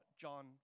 John